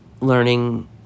learning